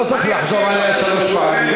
לא צריך לחזור עליה שלוש פעמים.